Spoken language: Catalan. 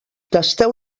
tasteu